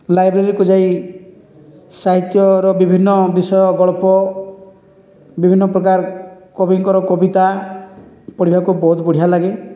ଲାଇବ୍ରେରୀକୁ ଯାଇ ସାହିତ୍ୟର ବିଭିନ୍ନ ବିଷୟ ଗଳ୍ପ ବିଭିନ୍ନ ପ୍ରକାର କବିଙ୍କର କବିତା ପଢ଼ିବାକୁ ବହୁତ ବଢ଼ିଆ ଲାଗେ